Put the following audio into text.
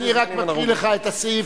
אני רק אקריא לך את הסעיף,